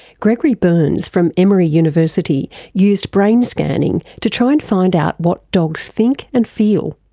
gregory berns from emory university used brain scanning to try and find out what dogs think and feel.